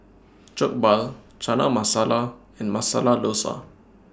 Jokbal Chana Masala and Masala Dosa